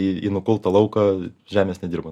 į į nukultą lauką žemės nedirbant